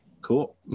Cool